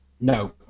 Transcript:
no